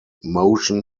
motion